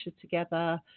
together